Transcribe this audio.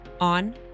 on